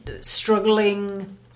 struggling